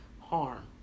harm